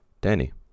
Danny